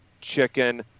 chicken